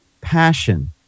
passion